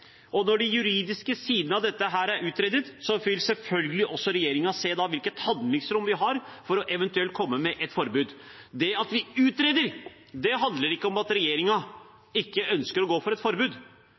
Og når de juridiske sidene ved dette er utredet, vil selvfølgelig også regjeringen se hvilket handlingsrom vi har for eventuelt å komme med et forbud. Det at vi utreder, handler ikke om at